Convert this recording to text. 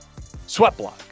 SweatBlock